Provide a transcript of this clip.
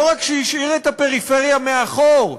לא רק שהשאיר את הפריפריה מאחור,